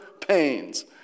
pains